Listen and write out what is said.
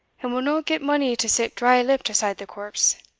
and we'll no get mony to sit dry-lipped aside the corpse.